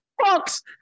fucks